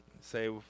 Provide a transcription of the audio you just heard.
Say